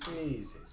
Jesus